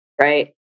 right